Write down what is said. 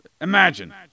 Imagine